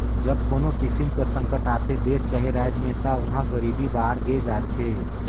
जब कोनो किसिम कर संकट आथे देस चहे राएज में ता उहां गरीबी बाड़गे जाथे